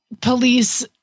police